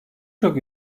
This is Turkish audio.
çok